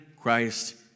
Christ